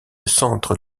centre